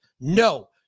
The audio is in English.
no